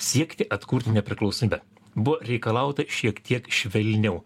siekti atkurti nepriklausomybę buvo reikalauta šiek tiek švelniau